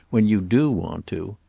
when you do want to.